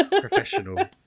professional